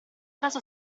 caso